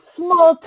small